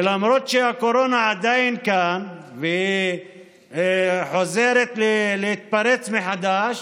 ולמרות שהקורונה עדיין כאן וחוזרת להתפרץ מחדש,